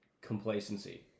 complacency